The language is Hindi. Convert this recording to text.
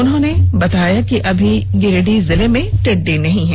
उन्होंने बताया कि अभी गिरिडीह जिले में टिड्डी नहीं है